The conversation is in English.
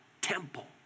temple